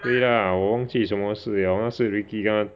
对 lah 我忘记什么事 liao 但是 Ricky 跟她